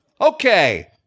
Okay